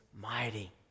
mighty